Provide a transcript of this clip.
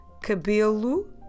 cabelo